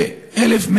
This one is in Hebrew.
ואת 1,100